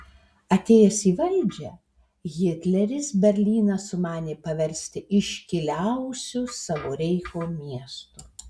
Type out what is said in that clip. atėjęs į valdžią hitleris berlyną sumanė paversti iškiliausiu savo reicho miestu